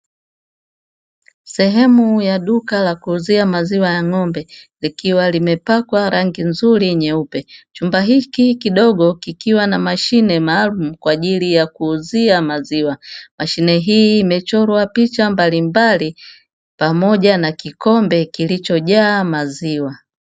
Sehemu ya duka la kuuzia maziwa ya ng'ombe likiwa limepakwa rangi nzuri nyeupe. Chumba hiki kidogo kikiwa na mashine maalumu kwa ajili ya kuuzia maziwa. Mashine hii imechorwa picha mbalimbali pamoja na kikombe kilichojaa maziwa.